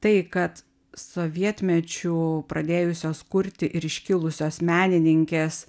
tai kad sovietmečiu pradėjusios kurti ir iškilusios menininkės